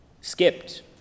skipped